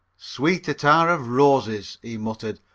sweet attar of roses, he muttered.